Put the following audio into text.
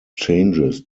changes